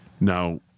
now